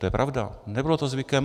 To je pravda, nebylo to zvykem.